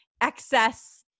excess